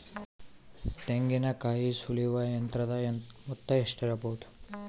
ತೆಂಗಿನಕಾಯಿ ಸುಲಿಯುವ ಯಂತ್ರದ ಮೊತ್ತ ಎಷ್ಟಿರಬಹುದು?